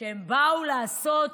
שהם באו לעשות